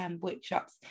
workshops